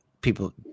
people